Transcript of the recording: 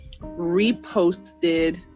reposted